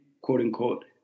quote-unquote